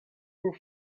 her